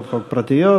הצעות חוק פרטיות.